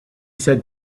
said